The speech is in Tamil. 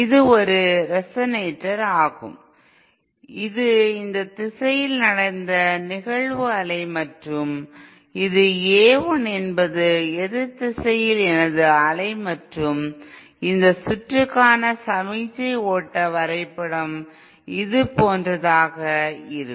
இது ஒரு ரெசொனாட்டார் ஆகும் இது இந்த திசையில் நடந்த நிகழ்வு அலை மற்றும் இது A l என்பது எதிர் திசையில் எனது அலை மற்றும் இந்த சுற்றுக்கான சமிக்ஞை ஓட்ட வரைபட வரைபடம் இதுபோன்றதாக இருக்கும்